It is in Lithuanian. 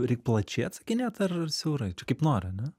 reik plačiai atsakinėt ar siaurai kaip nori